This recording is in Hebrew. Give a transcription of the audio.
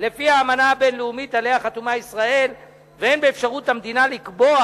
לפי האמנה הבין-לאומית שעליה חתומה ישראל ואין באפשרות המדינה לקבוע